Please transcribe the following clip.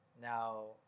now